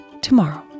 tomorrow